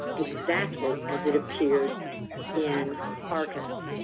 exactly as it appears in arcis.